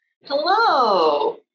Hello